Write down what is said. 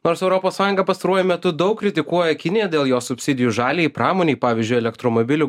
nors europos sąjunga pastaruoju metu daug kritikuoja kiniją dėl jos subsidijų žaliajai pramonei pavyzdžiui elektromobilių